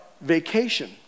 vacation